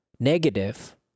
negative